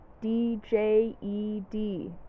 D-J-E-D